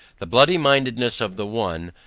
the bloody mindedness of the one,